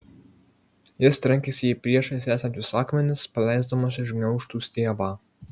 jis trenkėsi į priešais esančius akmenis paleisdamas iš gniaužtų stiebą